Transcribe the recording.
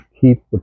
keep